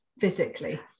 physically